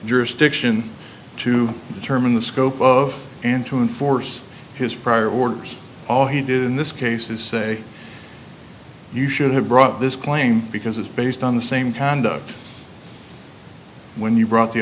jurisdiction to determine the scope of and to enforce his prior orders all he did in this case is say you should have brought this claim because it's based on the same conduct when you brought the